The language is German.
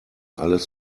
alles